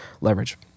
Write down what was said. leverage